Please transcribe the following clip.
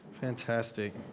Fantastic